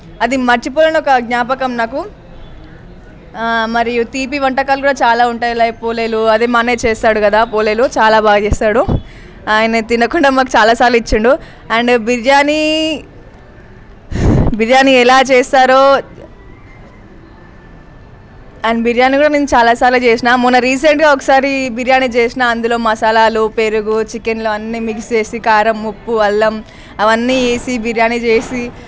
అది మర్చిపోలేని ఒక జ్ఞాపకం నాకు మరియు తీపి వంటకాలు కూడా చాలా ఉంటాయి లైక్ పోలెలు అదే మా అన్నయ్య చేస్తాడు కదా పోలెలు చాలా బాగా చేస్తాడు ఆయన తినకుండా మాకు చాలా సార్లు ఇచ్చిండు అండ్ బిర్యానీ బిర్యానీ ఎలా చేస్తారో అండ్ బిర్యాని కూడా నేను చాలాసార్లు చేసినా మొన్న రీసెంట్గా ఒకసారి బిర్యాని చేసినా అందులో మసాలాలు పెరుగు చికెన్లో అన్ని మిక్స్ చేసి కారం ముప్పు అల్లం అవన్నీ వేసీ బిర్యాని చేసి